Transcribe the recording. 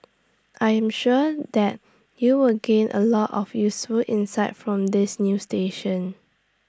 I am sure that you will gain A lot of useful insights from this new station